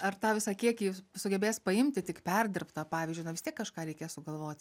ar tą visą kiekį sugebės paimti tik perdirbtą pavyzdžiui na vistiek kažką reikės sugalvoti